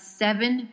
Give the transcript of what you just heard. seven